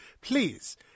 Please